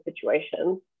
situations